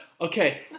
okay